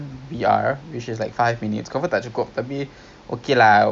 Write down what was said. kalau jumpa lah ya